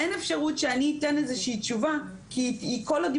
אין אפשרות שאני אתן איזו שהיא תשובה כל עוד היא